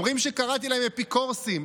אומרים שקראתי לזה אפיקורסים.